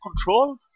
control